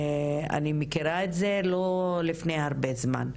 אני מכירה את זה לא מלפני הרבה זמן,